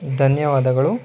ಧನ್ಯವಾದಗಳು